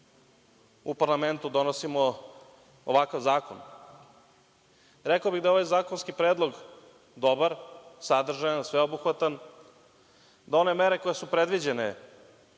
u parlamentu donosimo ovakav zakon. Rekao bih da ovaj zakonski predlog dobar, sadržajan, sveobuhvatan, da one mere koje su predviđene